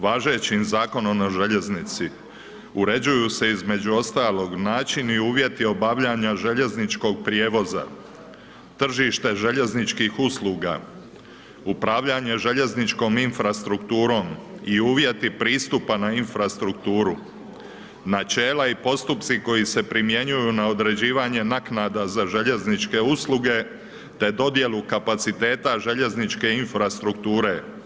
Važećim Zakonom o željeznici, uređuju se, između ostalog načini i uvjeti obavljanja željezničkog prijevoza, tržište željezničkih usluga, upravljanje željezničkom infrastrukturom i uvjeti pristupa na infrastrukturu, načela i postupci koji se primjenjuju na određivanje naknada za željezničke usluge te dodjelu kapaciteta željezničke infrastrukture.